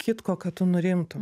kitko kad tu nurimtum